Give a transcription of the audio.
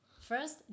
first